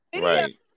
right